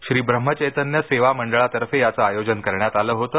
श्री ब्रह्मचैतन्य सेवा मंडळातर्फे याचं आयोजन करण्यात आलं होतं